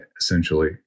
essentially